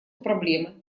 проблемы